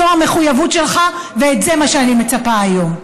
זו המחויבות שלך, וזה מה שאני מצפה היום.